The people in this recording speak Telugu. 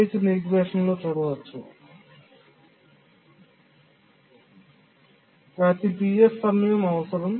ప్రతి Ps సమయం అవసరం